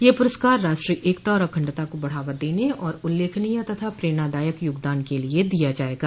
यह पुरस्कार राष्ट्रीय एकता और अखंडता को बढ़ावा देने और उल्लेखनीय तथा प्रेरणादायक यागदान के लिए दिया जाएगा